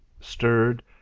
stirred